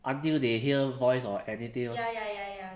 until they hear voice or anything lor